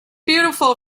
beautiful